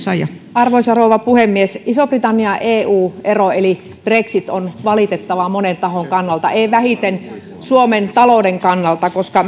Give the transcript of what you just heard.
arvoisa rouva puhemies iso britannian eu ero eli brexit on valitettava monen tahon kannalta ei vähiten suomen talouden kannalta koska